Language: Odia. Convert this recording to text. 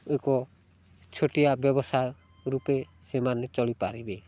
ଏକ ଛୋଟିଆ ବ୍ୟବସାୟ ରୂପେ ସେମାନେ ଚଳିପାରିବେ